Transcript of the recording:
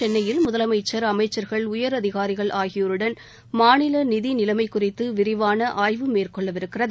சென்னையில் முதலமைச்சர் அமைச்சர்கள் உயரதிகாரிகள் ஆகியோருடன் மாநில நிதி நிலைமை குறித்து விரிவான ஆய்வு மேற்கொள்ளவிருக்கிறது